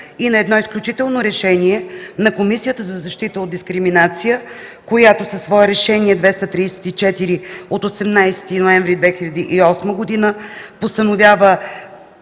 и на едно изключително решение на Комисията за защита от дискриминация, която със свое Решение № 234 от 18 ноември 2008 г. постановява